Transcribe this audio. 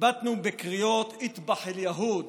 הבטנו בקריאות "אד'בח אל-יהוד"